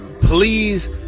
Please